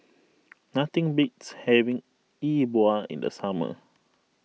nothing beats having Yi Bua in the summer